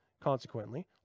Consequently